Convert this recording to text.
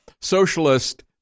socialist